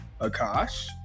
Akash